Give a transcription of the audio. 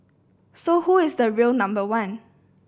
so who is the real number one